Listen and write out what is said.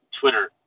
Twitter